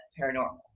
paranormal